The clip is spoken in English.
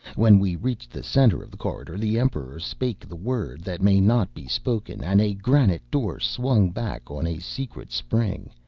when we reached the centre of the corridor the emperor spake the word that may not be spoken, and a granite door swung back on a secret spring,